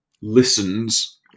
listens